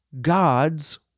God's